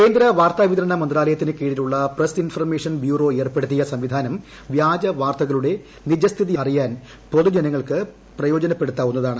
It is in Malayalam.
കേന്ദ്ര വാർത്താവിതരണ മന്ത്രാലയത്തിനു കീഴിലുള്ള പ്രസ് ഇൻഫർമേഷൻ ബ്യൂറോ ഏർപ്പെടുത്തിയ ഈ സംവിധാനം വ്യാജ വാർത്തകളുടെ നിജസ്ഥിതി അറിയാൻ പൊതുജനങ്ങൾക്ക് പ്രയോജനപ്പെടുത്താവുന്നതാണ്